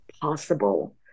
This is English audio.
possible